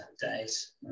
days